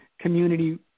community